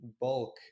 bulk